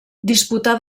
disputà